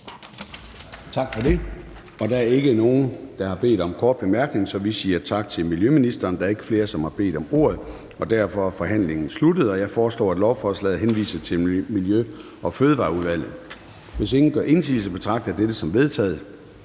Tak for det. Der er ikke nogen, der har bedt om adgang til korte bemærkninger, så vi siger tak til miljøministeren. Der er ikke flere, som har bedt om ordet. Derfor er forhandlingen sluttet. Jeg foreslår, lovforslaget henvises til Miljø- og Fødevareudvalget. Hvis ingen gør indsigelse, betragter jeg dette som vedtaget.